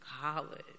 College